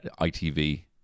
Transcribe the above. ITV